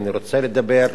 אני רוצה לדבר,